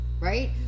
right